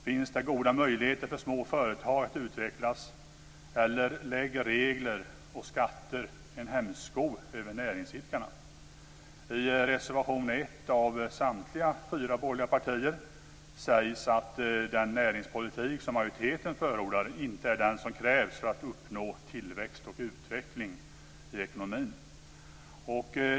Finns det goda möjligheter för små företag att utvecklas, eller lägger regler och skatter en hämsko över näringsidkarna? I reservation 1 av samtliga fyra borgerliga partier sägs det att den näringspolitik som majoriteten förordar inte är den som krävs för att man ska uppnå tillväxt och utveckling i ekonomin.